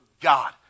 God